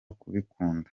kubikunda